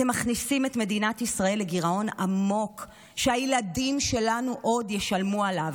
אתם מכניסים את מדינת ישראל לגירעון עמוק שהילדים שלנו עוד ישלמו עליו,